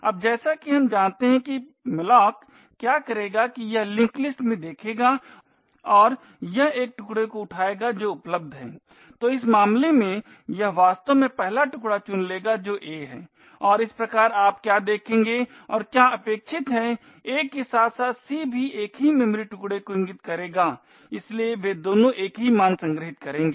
अब जैसा कि हम जानते हैं कि malloc क्या करेगा कि यह लिंक लिस्ट में देखेगा और यह एक टुकडे को उठाएगा जो उपलब्ध हैं तो इस मामले में यह वास्तव में पहला टुकड़ा चुन लेगा जो a है और इस प्रकार आप क्या देखेंगे और क्या अपेक्षित है a के साथ साथ c भी एक ही मेमोरी टुकडे को इंगित करेगा इसलिए वे दोनों एक ही मान संग्रहीत करेंगे